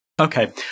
Okay